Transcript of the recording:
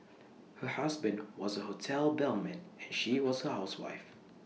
her husband was A hotel bellman and she was A housewife